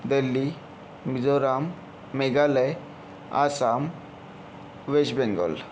Delhi Mizoram Meghalaya Assam West Bengal